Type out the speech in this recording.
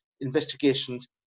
investigations